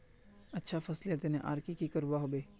अच्छा फसलेर तने आर की की करवा होबे?